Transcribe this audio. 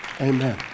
Amen